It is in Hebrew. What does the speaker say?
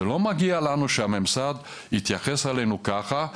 זה לא מגיע לנו שהממסד יתייחס אלינו ככה.